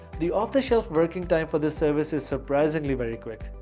the off-the-shelf working time for the service is surprisingly very quick.